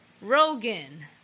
Rogan